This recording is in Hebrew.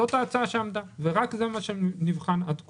זאת ההצעה שעמדה ורק זה נבחן עד כה.